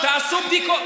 תעשו בדיקות.